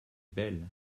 belle